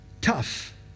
tough